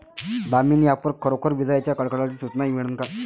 Damini app वर खरोखर विजाइच्या कडकडाटाची सूचना मिळन का?